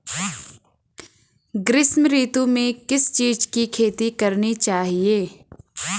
ग्रीष्म ऋतु में किस चीज़ की खेती करनी चाहिये?